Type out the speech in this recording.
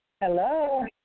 Hello